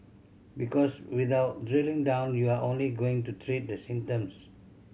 because without drilling down you're only going to treat the symptoms